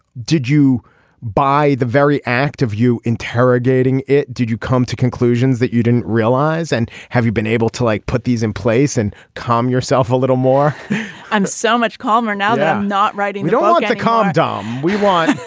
did you buy the very act of you interrogating it. did you come to conclusions that you didn't realize and have you been able to like put these in place and calm yourself a little more i'm so much calmer now that i'm not writing you don't want like to calm down. um we want